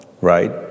right